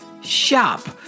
Shop